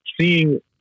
seeing